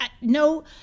No